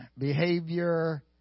behavior